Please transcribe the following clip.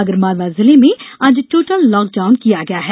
आगरमालवा जिले में आज टोटल लॉकडाउन किया गया है